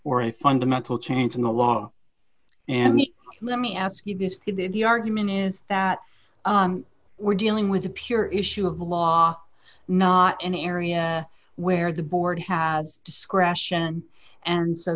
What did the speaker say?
or a fundamental change in the law and the let me ask you this if the argument is that we're dealing with a pure issue of law not an area where the board has discretion and so